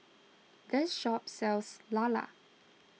this shop sells Lala